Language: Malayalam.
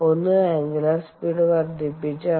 ഒന്ന് അംഗുലർ സ്പീഡ് വർദ്ധിപ്പിച്ചാണ്